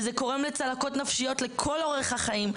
וזה גורם לצלקות נפשיות לכל אורך החיים.